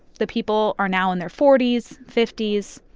the people are now in their forty s, fifty s,